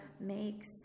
makes